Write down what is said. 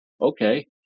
okay